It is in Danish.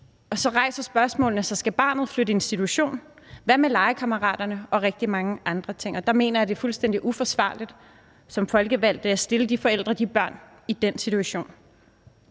Og så rejser spørgsmålene sig. Skal barnet flytte institution? Hvad med legekammeraterne og rigtig mange andre ting? Der mener jeg, det er fuldstændig uforsvarligt som folkevalgt at stille de forældre og de børn i den situation.